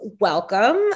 welcome